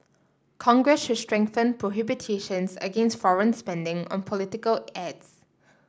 congress should strengthen prohibitions against foreign spending on political ads